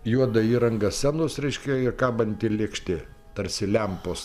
juoda įranga scenos reiškia ir kabanti lėkštė tarsi lempos